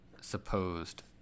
supposed